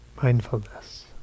mindfulness